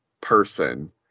person